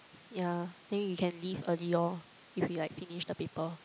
yeah then you can leave early lor if you like finish the paper